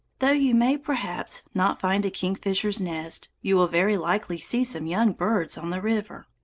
though you may, perhaps, not find a kingfisher's nest, you will very likely see some young birds on the river.